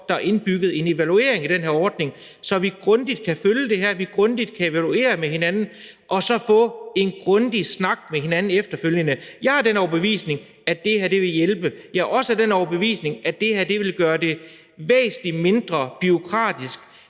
er indbygget en evaluering i den her ordning, så vi grundigt kan følge det her, grundigt kan evaluere det med hinanden og så få en grundig snak med hinanden efterfølgende. Jeg er af den overbevisning, at det her vil hjælpe, og jeg er også af den overbevisning, at det her vil gøre det væsentlig mindre bureaukratisk